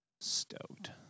Stoked